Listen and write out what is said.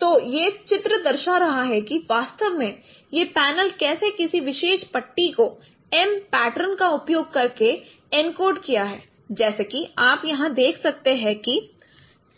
तो यह चित्र दर्शा रहा है कि वास्तव में यह पैनल कैसे किसी विशेष पट्टी को एम पैटर्न का उपयोग करके एन्कोड किया है जैसा कि आप यहां देख सकते हैं कि